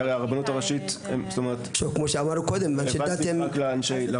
כי הרי הרבנות הראשית רלוונטית רק לרבנים.